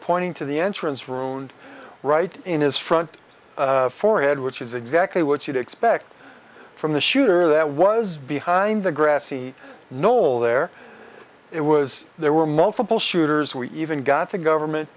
pointing to the entrance wound right in his front forehead which is exactly what you'd expect from the shooter that was behind the grassy knoll there it was there were multiple shooters we even got the government